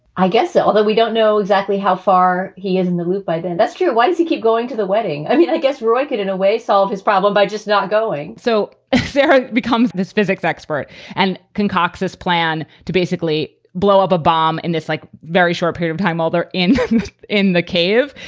i guess so that we don't know exactly how far he is in the loop by then. that's true. why does he keep going to the wedding? i mean, i guess roy could, in a way, solve his problem by just not going so sarah becomes this physics expert and concocts this plan to basically blow up a bomb in this like very short period time, all there is in the cave,